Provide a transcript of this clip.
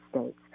States